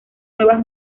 nuevas